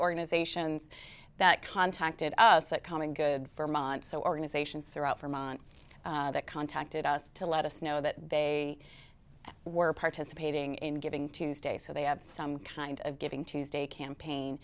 organizations that contacted us that common good firm on so organizations throughout from on that contacted us to let us know that they were participating in giving tuesday so they have some kind of giving tuesday campaign